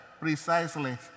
precisely